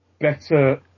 better